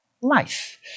life